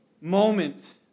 moment